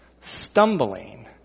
Stumbling